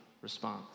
response